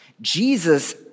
Jesus